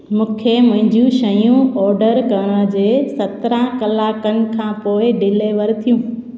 मूंखे मुंहिंजियूं शंयूं ऑर्डर करण जे सत्रहं कलाकनि खां पोइ डिलीवर थियूं